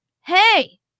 hey